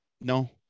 no